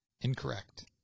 Incorrect